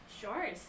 Sure